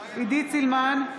עידית סילמן,